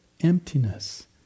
emptiness